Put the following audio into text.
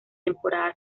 temporada